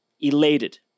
elated